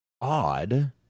odd